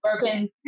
broken